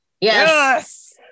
Yes